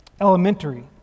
elementary